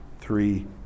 three